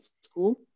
school